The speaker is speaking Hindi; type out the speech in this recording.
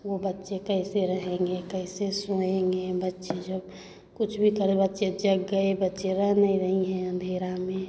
वो बच्चे कैसे रहेंगे कैसे सोएँगे बच्चे जब कुछ भी करें बच्चे जग गए बच्चे रहने नहीं है अंधेरा में